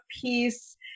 peace